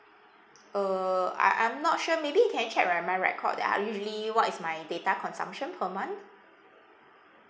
uh I I'm not sure maybe you can check right my record that I usually what is my data consumption per month